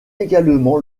également